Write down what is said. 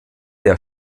der